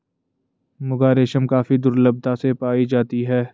मुगा रेशम काफी दुर्लभता से पाई जाती है